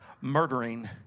murdering